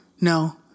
No